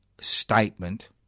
statement